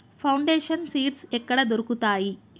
Foundation seeds ఎక్కడ దొరుకుతాయి?